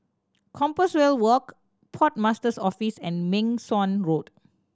Compassvale Walk Port Master's Office and Meng Suan Road